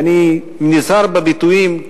אני נזהר בביטויים,